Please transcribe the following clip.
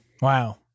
Wow